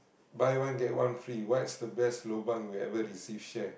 buy one get one free what's the best lobang you ever receive share